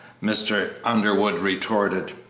mr. underwood retorted.